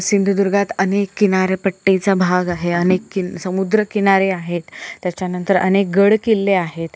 सिंधुदुर्गात अनेक किनारपट्टीचा भाग आहे अनेक किल् समुद्रकिनारे आहेत त्याच्यानंतर अनेक गड किल्ले आहेत